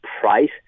price